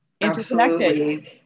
interconnected